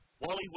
Wally